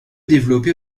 développé